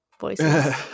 voices